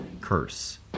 curse